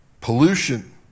pollution